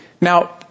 Now